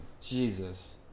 Jesus